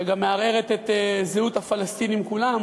שגם מערערת את זהות הפלסטינים כולם,